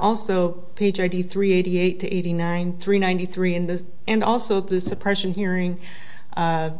also page eighty three eighty eight eighty nine three ninety three in this and also the suppression hearing